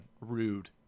rude